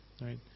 right